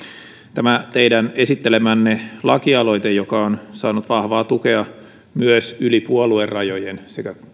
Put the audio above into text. tämä teidän esittelemänne lakialoite joka on saanut vahvaa tukea myös yli puoluerajojen sekä